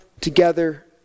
together